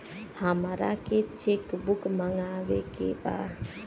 हमारा के cheque book मगावे के बा?